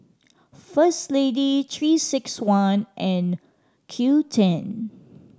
First Lady Three Six One and Qoo ten